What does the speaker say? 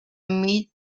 meet